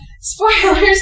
spoilers